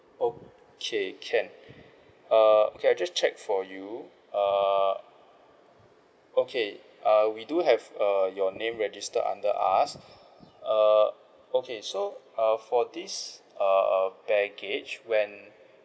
okay can err can I just check for you err okay uh we do have err your name register under us err okay so uh for this err baggage when